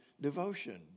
devotion